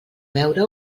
veure